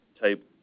type